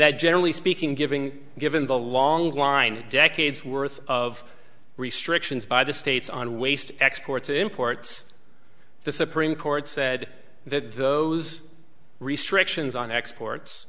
that generally speaking giving given the long line decades worth of restrictions by the states on waste exports imports the supreme court said that those restrictions on exports